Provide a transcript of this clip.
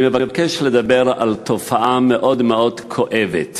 אני מבקש לדבר על תופעה מאוד מאוד כואבת